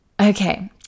okay